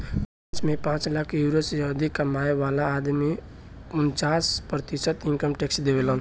French में पांच lakh euro से अधिक कमाए वाला आदमी उनन्चास प्रतिशत इनकम टैक्स देबेलन